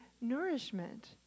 nourishment